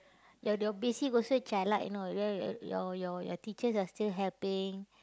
your your basic also jialat you know your your your your your teachers are still helping